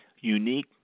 unique